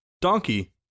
Donkey